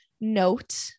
note